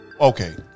Okay